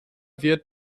wird